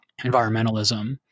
environmentalism